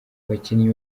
abakinnyi